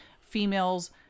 females